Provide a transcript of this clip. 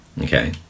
Okay